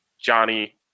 Johnny